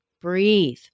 breathe